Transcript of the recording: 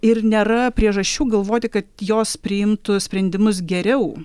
ir nėra priežasčių galvoti kad jos priimtų sprendimus geriau